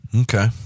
Okay